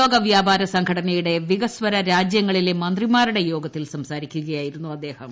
ലോക വ്യാപാര സംഘടനയുടെ വികസ്വര രാജ്യങ്ങളിലെ മന്ത്രിമാരുടെ യോഗത്തിൽ സംസാരിക്കുകയായിരുന്നു അദ്ദേഹം